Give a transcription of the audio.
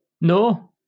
No